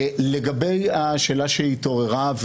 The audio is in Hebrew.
לגבי השאלה שהתעוררה,